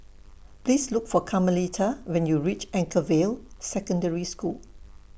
Please Look For Carmelita when YOU REACH Anchorvale Secondary School